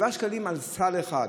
7 שקלים על סל אחד.